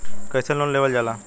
कैसे लोन लेवल जाला?